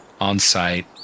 on-site